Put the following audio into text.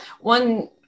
one